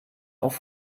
auf